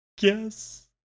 Yes